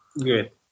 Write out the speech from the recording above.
Good